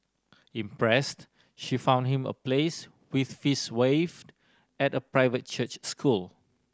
impressed she found him a place with fees waived at a private church school